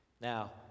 Now